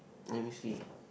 let me see